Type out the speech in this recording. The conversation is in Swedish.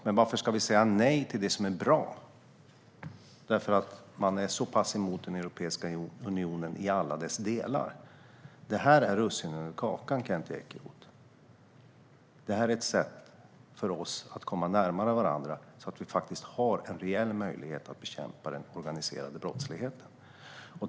Men varför ska vi säga nej till det som är bra därför att man är så pass emot Europeiska unionen i alla dess delar? Det här är russinen i kakan, Kent Ekeroth. Det är ett sätt att komma närmare varandra så att vi har en reell möjlighet att bekämpa den organiserade brottsligheten.